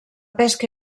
pesca